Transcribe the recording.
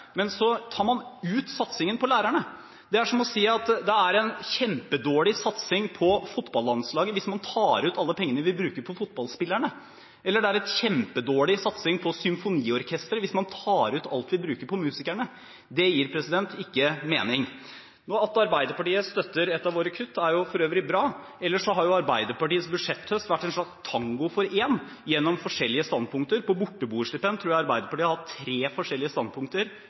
Men så tar man ut satsingen på lærerne. Det er som å si at det er en kjempedårlig satsing på fotballandslaget hvis man tar ut alle pengene man bruker på fotballspillerne, eller at det er en kjempedårlig satsing på symfoniorkestrene hvis man tar ut alt vi bruker på musikerne. Det gir ikke mening. At Arbeiderpartiet støtter et av våre kutt, er for øvrig bra, men ellers har jo Arbeiderpartiets budsjetthøst vært en slags tango for én, gjennom forskjellige standpunkter. På spørsmålet om borteboerstipend tror jeg Arbeiderpartiet har hatt tre forskjellige standpunkter